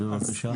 בבקשה?